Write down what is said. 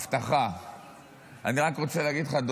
הודעה אישית לחבר הכנסת שטרן, בבקשה.